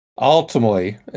ultimately